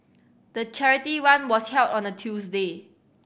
the charity run was held on a Tuesday